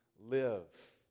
live